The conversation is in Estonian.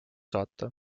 saata